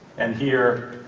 and here,